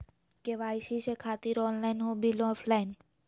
KYC से खातिर online हो बिल ऑफलाइन?